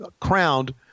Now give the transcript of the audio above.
crowned